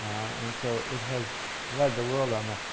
and so it has led the world on that.